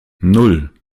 nan